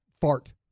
fart